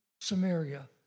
Samaria